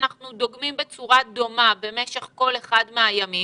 שאנחנו דוגמים בצורה דומה במשך כל אחד מהימים,